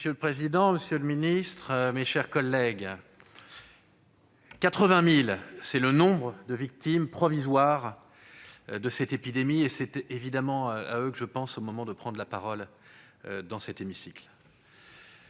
Monsieur le président, monsieur le ministre, mes chers collègues, 80 000 : c'est le nombre de victimes provisoires de cette épidémie à présent. C'est évidemment à elles que je pense au moment de prendre la parole dans cet hémicycle.